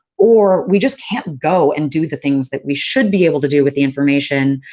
or we just can't go and do the things that we should be able to do with the information.